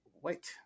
white